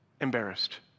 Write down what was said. embarrassed